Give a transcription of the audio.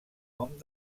nom